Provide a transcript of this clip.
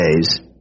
days